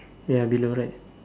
ya below right